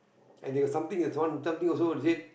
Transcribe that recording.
and they got something there's one something also they said